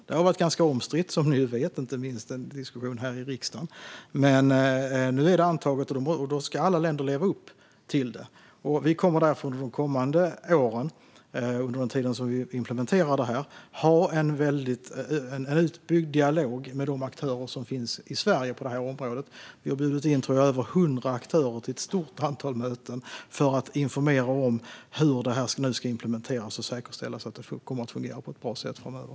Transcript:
Det har varit ganska omstritt, som ni ju vet, inte minst med diskussion här i riksdagen, men nu är det antaget, och då ska alla länder leva upp till det. Vi kommer därför under de kommande åren, under den tid vi implementerar detta, att ha en utbyggd dialog med de aktörer som finns i Sverige på det här området. Vi har bjudit in över hundra aktörer till ett stort antal möten för att informera om hur detta ska implementeras och hur man ska säkerställa att det fungerar på ett bra sätt framöver.